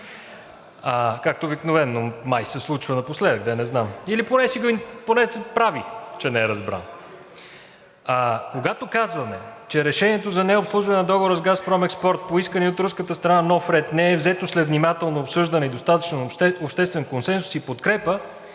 както обикновено май се случва напоследък, не знам, или поне се прави, че не е разбрал. Когато казваме, че решението за необслужване на договора с „Газпром Експорт“ по искания от руската страна нов ред не е взето след внимателно обсъждане и достатъчен обществен консенсус и подкрепа,